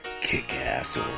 kick-ass